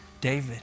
David